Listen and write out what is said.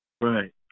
Right